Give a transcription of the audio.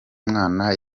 mwana